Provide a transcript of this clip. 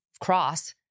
Cross